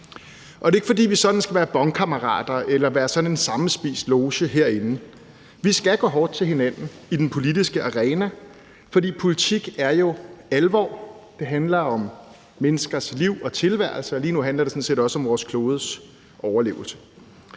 Det er ikke, fordi vi sådan skal være bonkammerater eller være sådan en sammenspist loge herinde. Vi skal gå hårdt til hinanden i den politiske arena, for politik er jo alvor. Det handler om menneskers liv og tilværelse, og lige nu handler det sådan set også om vores klodes overlevelse.